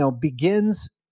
begins